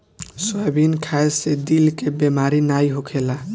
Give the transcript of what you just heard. soybean खाए से दिल के बेमारी नाइ होखेला